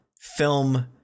film